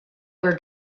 were